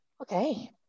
Okay